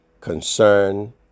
concern